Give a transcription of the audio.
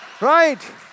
right